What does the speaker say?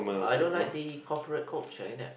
I don't like the corporate culture in